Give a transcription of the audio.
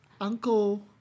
Uncle